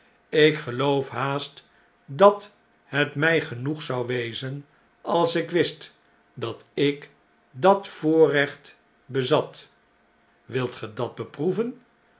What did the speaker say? ik geloof haast dat net mjj genoeg zou wezen als ik wist dat ik dat voorrecht bezat wilt gii dat beproeven